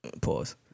Pause